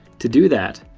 to do that,